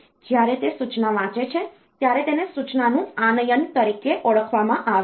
જ્યારે તે સૂચના વાંચે છે ત્યારે તેને સૂચનાનું આનયન તરીકે ઓળખવામાં આવે છે